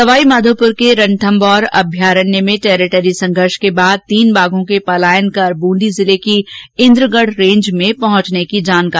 सवाईमाधोपुर के रणथम्मौर अभ्यारण्य में टेरेटरी संघर्ष के बाद तीन बाघों के पलायन कर ब्रंदी जिले की इंद्रगढ रेंज में पहुंचने की जानकारी मिली है